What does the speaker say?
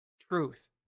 truth